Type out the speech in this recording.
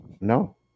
No